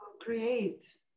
create